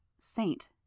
Saint